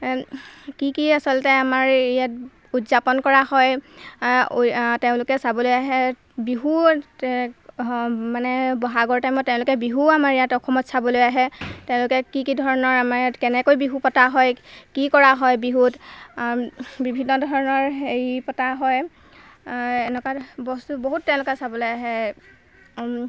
কি কি আচলতে আমাৰ ইয়াত উদযাপন কৰা হয় তেওঁলোকে চাবলৈ আহে বিহুও মানে বহাগৰ টাইমত তেওঁলোকে বিহুও আমাৰ ইয়াত অসমত চাবলৈ আহে তেওঁলোকে কি কি ধৰণৰ আমাৰ ইয়াত কেনেকৈ বিহু পতা হয় কি কৰা হয় বিহুত বিভিন্ন ধৰণৰ হেৰি পতা হয় এনেকুৱা বস্তু বহুত তেওঁলোকে চাবলৈ আহে